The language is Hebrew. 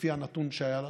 לפי הנתון שהיה לנו,